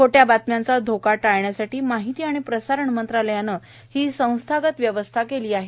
खोट़या बातम्यांचा धोका टाळण्यासाठी माहिती आणि प्रसारण मंत्रालयाने ही संस्थागत व्यवस्था केली आहे